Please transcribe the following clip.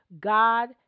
God